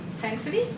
thankfully